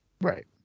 right